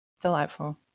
Delightful